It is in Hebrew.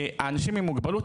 אנשים עם מוגבלות,